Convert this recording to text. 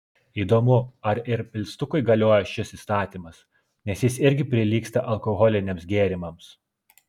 įdomu ar ir pilstukui galioja šis įstatymas nes jis irgi prilygsta alkoholiniams gėrimams